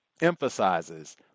emphasizes